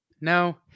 No